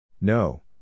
No